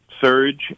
surge